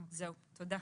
תודה.